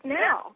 now